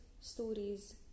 stories